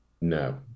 no